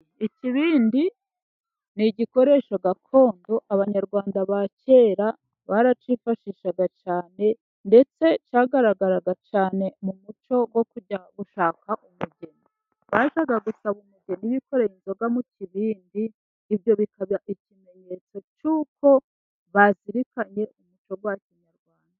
Ikibindi ni igikoresho gakondo abanyarwanda ba kera baracyifashishaga cyane, ndetse cyagaragaraga cyane mu muco wo kujya gushaka umugeni, bajyaga gusaba umugeni bikoreye inzoga mu kibindi, ibyo bikaba ikimenyetso cy'uko bazirikanye umuco wa Kinyarwanda.